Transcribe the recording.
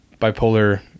bipolar